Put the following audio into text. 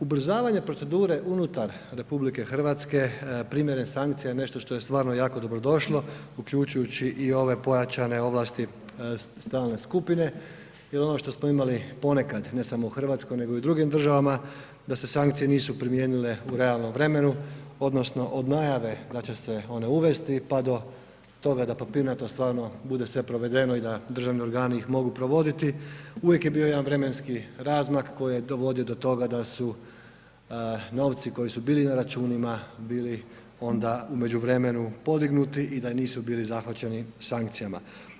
Ubrzavanje procedure unutar Republike Hrvatske primjer sankcija je nešto što je stvarno jako dobro došlo uključujući i ove pojačane ovlasti stalne skupine, jer ono što smo imali ponekad ne samo u Hrvatskoj nego i u drugim državama da se sankcijama nisu primijenile u realnom vremenu odnosno od najave da će se one uvesti, pa do toga da papirnato stvarno bude sve provedeno i da državni organi ih mogu provoditi, uvijek je bio jedan vremenski razmak koji je dovodio do toga da su novci koji su bili na računima bili onda u međuvremenu podignuti i da nisu bili zahvaćeni sankcijama.